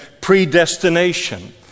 predestination